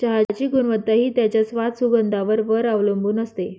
चहाची गुणवत्ता हि त्याच्या स्वाद, सुगंधावर वर अवलंबुन असते